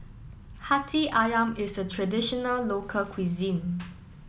Hati Ayam is a traditional local cuisine